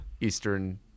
Eastern